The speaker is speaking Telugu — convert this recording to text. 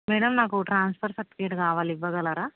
మ్యాడం నాకు ట్రాన్స్ఫర్ సర్టిఫికేట్ కావాలి ఇవ్వగలరా